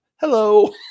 Hello